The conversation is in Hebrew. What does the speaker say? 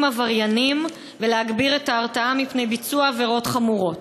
עבריינים ולהגביר את ההרתעה מפני ביצוע עבירות חמורות.